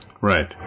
Right